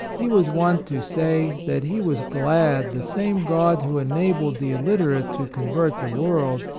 he was wont to say, that he was glad the same god who enabled the illiterate to convert the world,